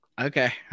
Okay